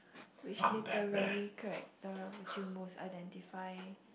which literary character would you most identify